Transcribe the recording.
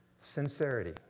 sincerity